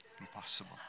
Impossible